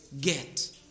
get